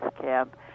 camp